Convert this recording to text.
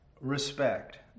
respect